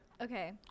Okay